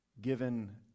given